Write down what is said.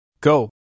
Go